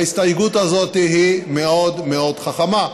וההסתייגות הזאת היא מאוד מאוד חכמה,